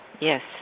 yes